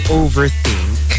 overthink